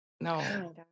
No